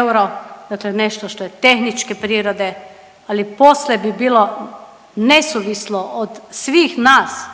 euro. Dakle, nešto što je tehničke prirode. Ali poslije bi bilo nesuvislo od svih nas